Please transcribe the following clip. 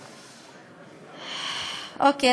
אוקיי,